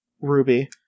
Ruby